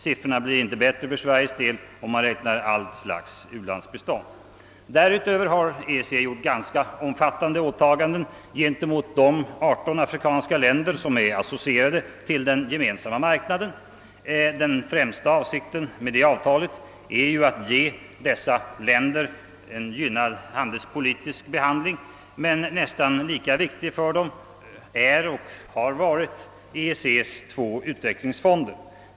Siffrorna blir inte bättre för Sveriges del om man medräknar allt slags u-landsbistånd. Därutöver har EEC gjort ganska omfattande åtaganden gentemot de 18 afrikanska länder som är associerade till den gemensamma marknaden. Den främsta avsikten med det avtalet är ju att ge dessa länder en gynnsam handelspolitisk behandling. Men nästan lika viktigt för dem är och har varit EEC:s två utvecklingsfonder.